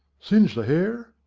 singe the hair?